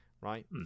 right